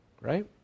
right